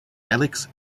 alex